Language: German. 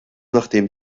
nachdem